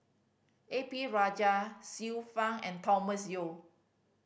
A P Rajah Xiu Fang and Thomas Yeo